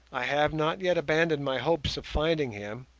i have not yet abandoned my hopes of finding him,